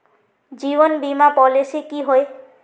जीवन बीमा पॉलिसी की होय?